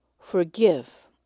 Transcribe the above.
Forgive